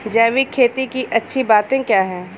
जैविक खेती की अच्छी बातें क्या हैं?